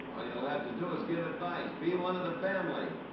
all you'll have to do is give advice, be one of the family.